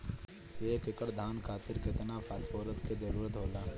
एक एकड़ धान खातीर केतना फास्फोरस के जरूरी होला?